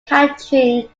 capturing